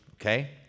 Okay